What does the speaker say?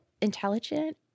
intelligent